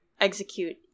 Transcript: execute